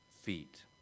feet